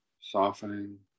softening